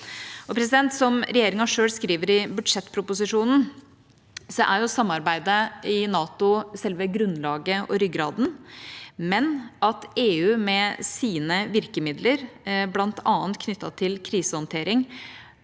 Som regjeringa selv skriver i budsjettproposisjonen, er samarbeidet i NATO selve grunnlaget og ryggraden, men at EU med sine virkemidler, bl.a. knyttet til krisehåndtering,